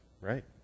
right